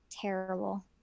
Terrible